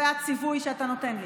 זה הציווי שאתה נותן לי.